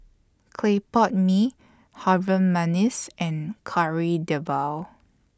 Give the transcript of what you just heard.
Clay Pot Mee Harum Manis and Kari Debal